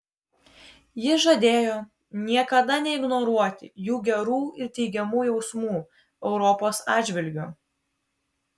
jis žadėjo niekada neignoruoti jų gerų ir teigiamų jausmų europos atžvilgiu